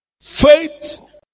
faith